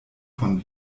von